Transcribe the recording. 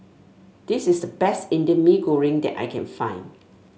this is the best Indian Mee Goreng that I can find